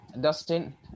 Dustin